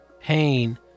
pain